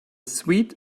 sweet